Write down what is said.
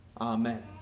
Amen